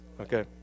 Okay